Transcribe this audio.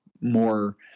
more